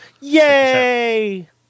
Yay